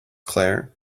claire